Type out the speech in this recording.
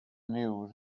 news